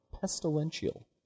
Pestilential